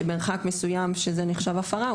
כאשר מרחק מסוים נחשב הפרה,